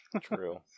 True